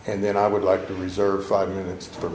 and then i would like to reserve five minutes f